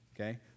Okay